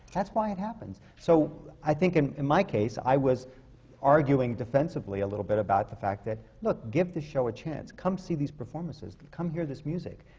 that's why it happens. so i think, and in my case, i was arguing defensively a little bit about the fact that, look, give this show a chance. come see these performances. come hear this music.